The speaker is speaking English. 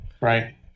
right